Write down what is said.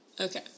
Okay